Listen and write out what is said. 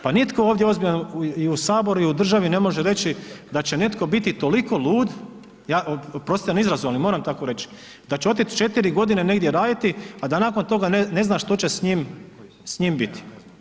Pa nitko ovdje ozbiljan i u saboru i u državi ne može reći da će netko biti toliko lud, oprostite na izrazu, ali moram tako reći, da će otić 4 godine negdje raditi, a da nakon toga ne zna što će s njim biti.